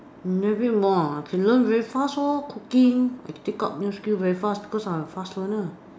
elaborate more ah can learn very fast lor cooking I take up new skills very fast because I am a fast learner